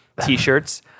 T-shirts